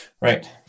right